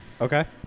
Okay